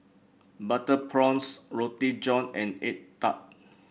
Butter Prawns Roti John and egg tart